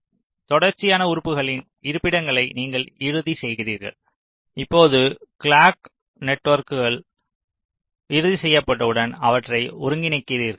எனவே தொடர்ச்சியான உறுப்புகளின் இருப்பிடங்களை நீங்கள் இறுதி செய்கிறீர்கள் இப்போது கிளாக் நெட்வொர்க்குகள் இறுதி செய்யப்பட்டவுடன் அவற்றை ஒருங்கிணைக்கிறீர்கள்